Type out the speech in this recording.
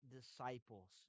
disciples